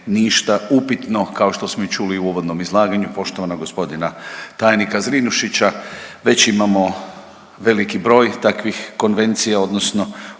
upitno. Kao što smo i čuli u uvodnom izlaganju poštovanog gospodina tajnika Zrinušića već imamo veliki broj takvih konvencija, odnosno